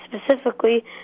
specifically